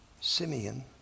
Simeon